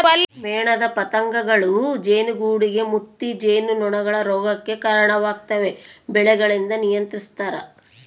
ಮೇಣದ ಪತಂಗಗಳೂ ಜೇನುಗೂಡುಗೆ ಮುತ್ತಿ ಜೇನುನೊಣಗಳ ರೋಗಕ್ಕೆ ಕರಣವಾಗ್ತವೆ ಬೆಳೆಗಳಿಂದ ನಿಯಂತ್ರಿಸ್ತರ